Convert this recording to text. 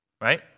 right